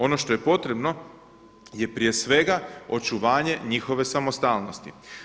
Ono što je potrebno je prije svega očuvanje njihove samostalnosti.